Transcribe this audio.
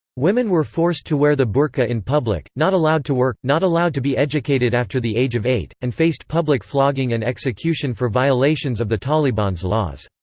women were forced to wear the burqa in public, not allowed to work, not allowed to be educated after the age of eight, and faced public flogging and execution for violations of the taliban's laws.